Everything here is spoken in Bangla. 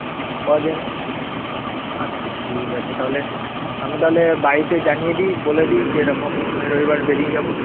হ্যাঁ আচ্ছা ঠিক আছে তাহলে আমি তাহলে বাড়িতে জানিয়ে দিই বলে দিই যে এরকম শনি রবিবার বেরিয়ে যাব